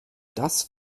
das